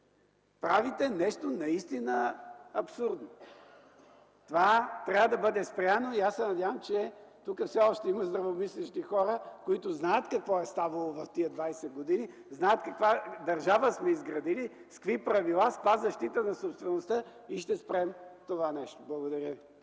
Правите нещо наистина абсурдно! Това трябва да бъде спряно и аз се надявам, че тук все още има здравомислещи хора, които знаят какво е ставало в тези 20 години, знаят каква държава сме изградили, с какви правила, с каква защита на собствеността и ще спрем това нещо. Благодаря.